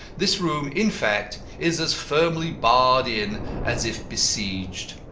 this room, in fact, is as firmly barred in as if besieged.